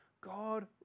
God